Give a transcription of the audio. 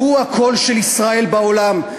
הוא הקול של ישראל בעולם?